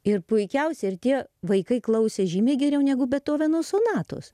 ir puikiausia ir tie vaikai klausė žymiai geriau negu betoveno sonatos